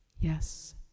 Yes